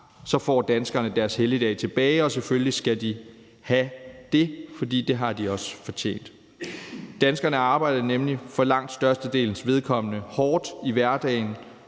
så får danskerne deres helligdag tilbage, og selvfølgelig skal de have det, for det har de også fortjent. Danskerne arbejder nemlig for langt størstedelens vedkommende hårdt i hverdagen,